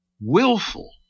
willful